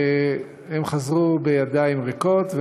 והם חזרו בידיים ריקות.